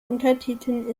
untertiteln